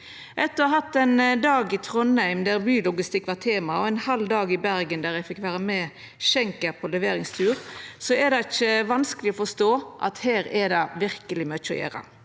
Etter å ha hatt ein dag i Trondheim der bylogistikk var tema, og ein halv dag i Bergen der eg fekk vera med Schenker på leveringstur, er det ikkje vanskeleg å forstå at her er det verkeleg mykje å gjera.